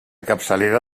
capçalera